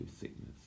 sickness